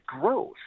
growth